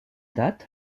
date